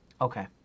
Okay